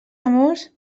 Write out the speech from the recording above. amors